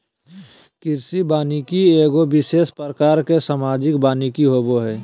कृषि वानिकी एगो विशेष प्रकार के सामाजिक वानिकी होबो हइ